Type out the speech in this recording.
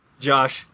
Josh